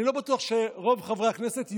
אני לא בטוח שרוב חברי הכנסת יודעים,